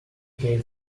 gave